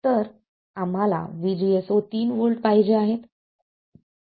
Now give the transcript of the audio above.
तर आम्हाला VSG0 3 volt पाहिजे आहेत